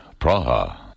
Praha